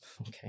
Okay